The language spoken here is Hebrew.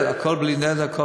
בלי נדר.